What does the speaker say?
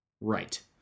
Right